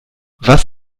was